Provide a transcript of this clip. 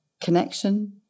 connection